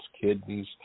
kidneys